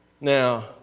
Now